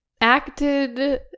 acted